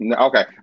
Okay